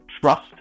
trust